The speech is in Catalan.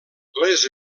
les